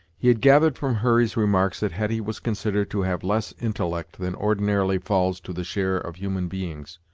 he had gathered from hurry's remarks that hetty was considered to have less intellect than ordinarily falls to the share of human beings,